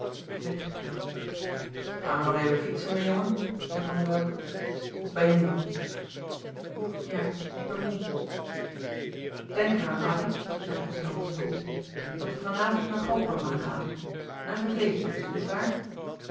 weg gaan we nog even fietsen mijn jongen zei van der welcke of ben je moê ja ik ben moê denk er aan addy zei constance koel dat we van avond naar grootmama gaan en verkleed je dus niet waar